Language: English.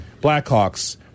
Blackhawks